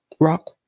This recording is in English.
rock